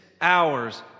hours